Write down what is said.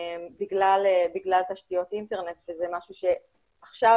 בגלל תשתיות אינטרנט וזה משהו שעכשיו,